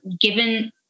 given